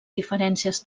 diferències